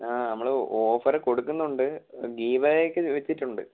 ആ നമ്മൾ ഓഫറ് കൊടുക്കുന്നുണ്ട് ഗീവെവേയ്ക്ക് ചോദിച്ചിട്ടുണ്ട്